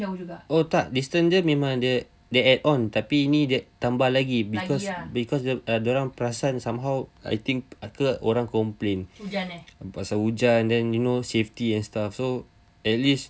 oh tak distance dia memang dia dia add on tapi ni dia tambah lagi because dia orang perasan somehow I think orang complain pasal hujan then you know safety and stuff so at least